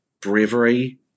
bravery